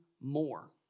more